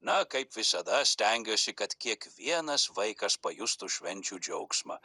na kaip visada stengiuosi kad kiekvienas vaikas pajustų švenčių džiaugsmą